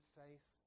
faith